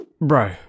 Bro